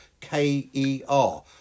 K-E-R